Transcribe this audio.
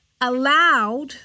allowed